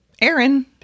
Aaron